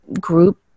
group